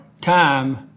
time